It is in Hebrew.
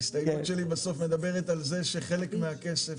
ההסתייגות שלי בסוף מדברת על זה שחלק מהכסף,